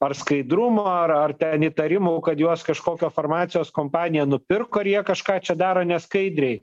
ar skaidrumo ar ar ten įtarimų kad juos kažkokio farmacijos kompanija nupirko ar jie kažką čia daro neskaidriai